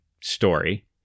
story